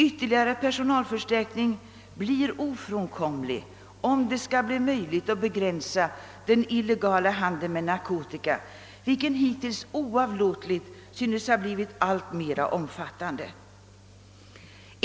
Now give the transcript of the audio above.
Ytterligare personalförstärkning blir ofrånkomlig om det skall bli möjligt att begränsa den illegala handeln med narkotika, vilken hittills oavlåtligt synes ha blivit alltmer omfattande.